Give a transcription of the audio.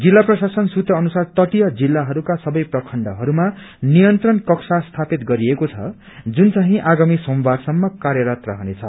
जिल्ला प्रशासन सुत्र अनुसार तटिय जिल्लाहरूका सवै प्रखण्डहरूमा नियंत्रण कक्षण स्थापित गरिएको छ जुन चाहिं आगामी सोमवारसम्म कार्यरत रहनेछ